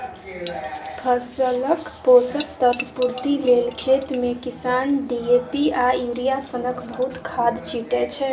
फसलक पोषक तत्व पुर्ति लेल खेतमे किसान डी.ए.पी आ युरिया सनक बहुत खाद छीटय छै